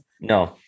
No